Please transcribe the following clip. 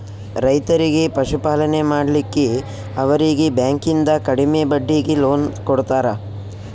ರೈತರಿಗಿ ಪಶುಪಾಲನೆ ಮಾಡ್ಲಿಕ್ಕಿ ಅವರೀಗಿ ಬ್ಯಾಂಕಿಂದ ಕಡಿಮೆ ಬಡ್ಡೀಗಿ ಲೋನ್ ಕೊಡ್ತಾರ